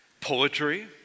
poetry